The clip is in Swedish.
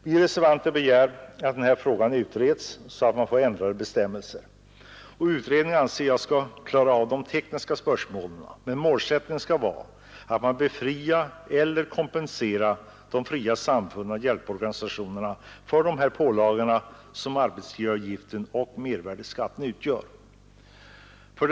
Vi reservanter begär att den här frågan utreds, så att bestämmelserna blir ändrade. Jag anser att utredningen skall klara av de tekniska spörsmålen, men målsättningen skall vara att de fria samfunden och hjälporganisationerna befrias från eller kompenseras för de pålagor som arbetsgivaravgiften och mervärdeskatten utgör.